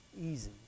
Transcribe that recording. easy